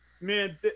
man